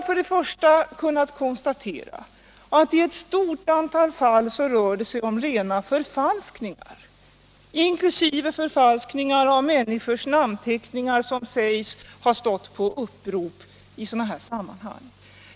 För det första: Vi har kunnat konstatera att det i ett stort antal fall rör sig om rena förfalskningar, inkl. förfalskningar av människors namnteckningar som sägs ha stått under upprop i sådana här sammanhang.